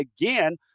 again